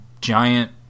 giant